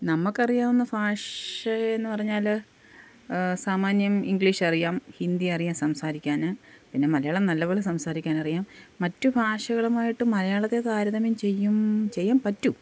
നമുക്ക് അറിയാവുന്ന ഭാഷയെന്ന് പറഞ്ഞാല് സാമാന്യം ഇംഗ്ലീഷ് അറിയാം ഹിന്ദി അറിയാം സംസാരിക്കാന് പിന്നെ മലയാളം നല്ലത് പോലെ സംസാരിക്കാനറിയാം മറ്റു ഭാഷകളുമായിട്ട് മലയാളത്തെ താരതമ്യം ചെയ്യും ചെയ്യാൻ പറ്റും